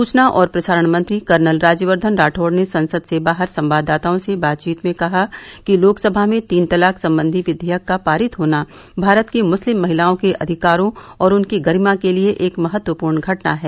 सुचना और प्रसारण मंत्री कर्नल राज्यवर्धन राठौड़ ने संसद से बाहर संवाददाताओं से बातचीत में कहा कि लोकसभा में तीन तलाक संबंधी विघेयक का पारित होना भारत की मुस्लिम महिलाओं के अधिकारों और उनकी गरिमा के लिए एक महत्वपूर्ण घटना है